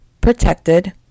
protected